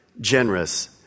generous